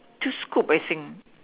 two scoop at thing